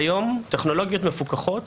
כיום טכנולוגיות מפוקחות,